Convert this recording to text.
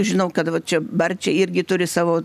žinau kad va čia barčiai irgi turi savo